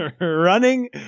running